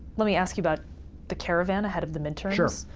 let me ask you about the caravan ahead of the midterms.